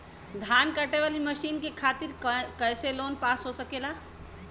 धान कांटेवाली मशीन के खातीर कैसे लोन पास हो सकेला?